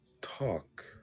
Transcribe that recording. talk